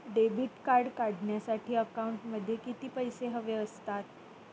Debit card काढण्यासाठी अकाउंटमध्ये किती पैसे हवे असतात?